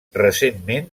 recentment